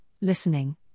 listening